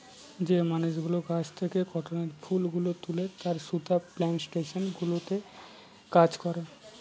যে মানুষগুলো গাছ থেকে কটনের ফুল গুলো তুলে তারা সুতা প্লানটেশন গুলোতে কাজ করে